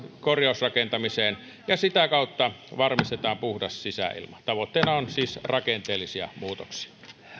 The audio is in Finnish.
korjausrakentamiseen ja sitä kautta varmistetaan puhdas sisäilma tavoitteena on siis rakenteellisia muutoksia